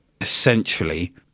essentially